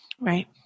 right